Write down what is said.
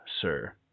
sir